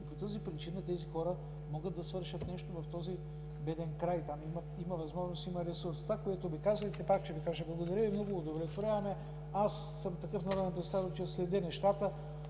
и по тази причина тези хора могат да свършат нещо в този беден край. Там има възможност, има ресурс. Това, което Ви казах, пак ще Ви го кажа – благодаря Ви много, удовлетворява ме. Аз съм такъв народен представител, следя нещата.